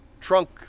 trunk